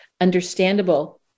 understandable